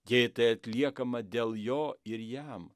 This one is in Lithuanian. jei tai atliekama dėl jo ir jam